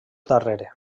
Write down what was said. darrere